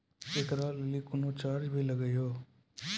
एकरा लेल कुनो चार्ज भी लागैये?